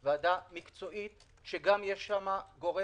גם הצעתי לקיים דיונים מקדימים עם חברים,